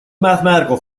mathematical